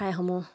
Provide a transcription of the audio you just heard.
ঠাইসমূহ